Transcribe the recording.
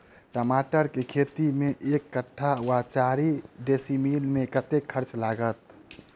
टमाटर केँ खेती मे एक कट्ठा वा चारि डीसमील मे कतेक खर्च लागत?